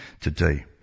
today